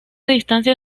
distancia